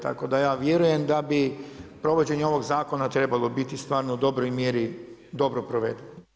Tako da ja vjerujem da bi provođenje ovog zakona trebalo biti stvarno u dobroj mjeri dobro proveden.